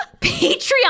Patreon